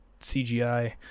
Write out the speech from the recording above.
CGI